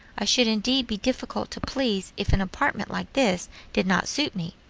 i should indeed be difficult to please if an apartment like this did not suit me.